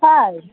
ᱛᱟᱭ